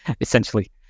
essentially